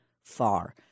far